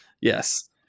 Yes